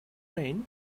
rain